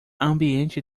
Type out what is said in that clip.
ambiente